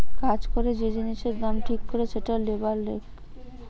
কাজ করে যে জিনিসের দাম ঠিক করে সেটা লেবার চেক